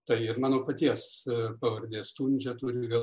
tai ir mano paties pavardė stundžia turi